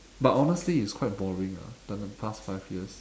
but honestly it's quite boring ah the the past five years